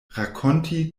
rakonti